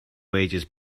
wages